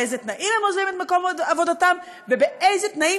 באיזה תנאים הם עוזבים את מקום עבודתם ובאיזה תנאים